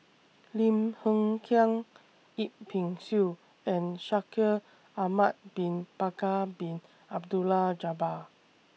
Lim Hng Kiang Yip Pin Xiu and Shaikh Ahmad Bin Bakar Bin Abdullah Jabbar